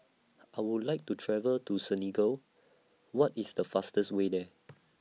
I Would like to travel to Senegal What IS The fastest Way There